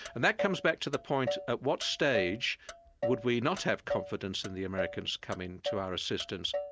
and that comes back to the point, at what stage would we not have confidence in the americans coming to our assistance.